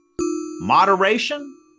Moderation